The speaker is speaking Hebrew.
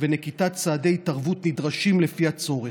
ונקיטת צעדי התערבות נדרשים לפי הצורך.